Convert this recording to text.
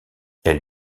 elle